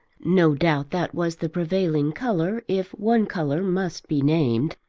no doubt that was the prevailing colour, if one colour must be named.